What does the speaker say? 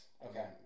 Okay